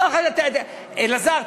אלעזר,